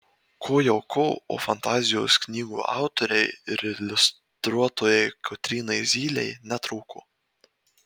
ko jau ko o fantazijos knygų autorei ir iliustruotojai kotrynai zylei netrūko